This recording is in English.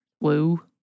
Woo